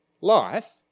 Life